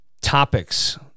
topics